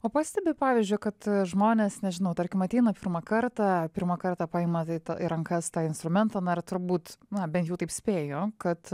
o pastebi pavyzdžiui kad žmonės nežinau tarkim ateina pirmą kartą pirmą kartą paima tai į rankas tą instrumentą na turbūt na bent jau taip spėju kad